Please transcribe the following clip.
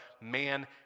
man